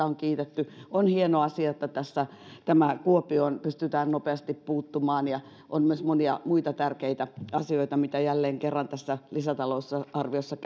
on kiitetty on hieno asia että tähän kuopioon pystytään nopeasti puuttumaan ja on myös monia muita tärkeitä asioita mitä jälleen kerran tässä lisätalousarviossa